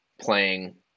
playing